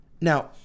Now